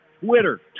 Twitter